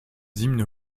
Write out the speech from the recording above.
hymnes